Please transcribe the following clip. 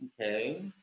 okay